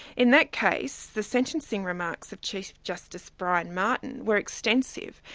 in that case, the sentencing remarks of chief justice brian martin were extensive,